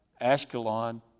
Ashkelon